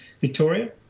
Victoria